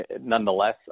nonetheless